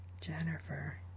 Jennifer